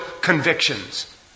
convictions